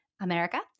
America